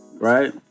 right